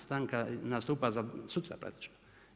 Stanka nastupa sutra praktički.